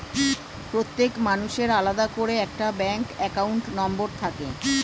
প্রত্যেক মানুষের আলাদা করে একটা ব্যাঙ্ক অ্যাকাউন্ট নম্বর থাকে